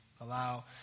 Allow